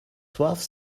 slavs